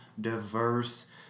diverse